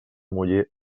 muller